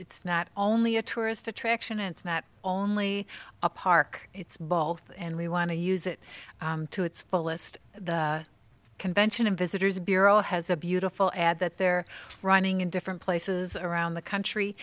it's not only a tourist attraction it's not only a park it's both and we want to use it to its fullest the convention and visitors bureau has a beautiful ad that they're running in different places around the country